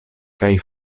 kaj